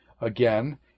again